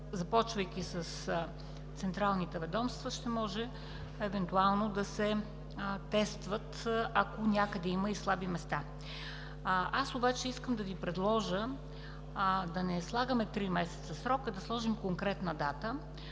започвайки с централните ведомства, ще може евентуално да се тестват, ако някъде има и слаби места. Аз обаче искам да Ви предложа да не слагаме три месеца срок, а да сложим конкретна дата.